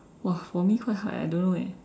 !wah! for me quite hard eh I don't know eh